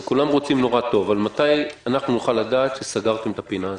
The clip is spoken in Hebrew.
כולם רוצים נורא טוב אבל מתי אנחנו נוכל לדעת שסגרתם את הפינה הזאת,